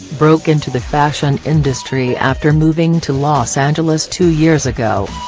broke into the fashion industry after moving to los angeles two years ago.